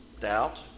Doubt